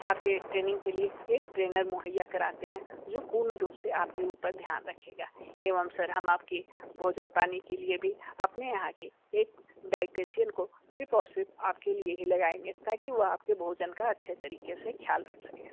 आपके ट्रैनिंग के लिए एक ट्रैनर मुहैया कराते हैं जो पूर्ण रूप से आपके ऊपर ध्यान रखेगा एवं हम सर हम आपके भोजन पानी के लिए भी अपने यहाँ की एक डायटीशियन को सिर्फ और सिर्फ आपके लिए ही लगाएंगे ताकि वो आपके भोजन का अच्छी तरीके से ख्याल रख सकें